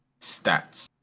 stats